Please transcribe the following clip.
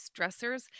stressors